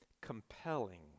compelling